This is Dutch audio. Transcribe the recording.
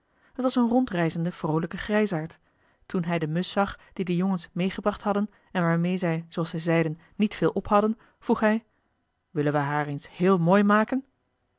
het was een rondreizende vroolijke grijsaard toen hij de musch zag die de jongens meegebracht hadden en waarmee zij zooals zij zeiden niet veel ophadden vroeg hij willen we haar eens heel mooi maken